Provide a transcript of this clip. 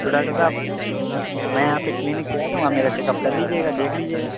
تو ڈاکٹر صاحب میں آپ کے کلینک پہ آ جاؤں آپ میرا چیک اپ کر لیجیے گا دیکھ لیجیے گا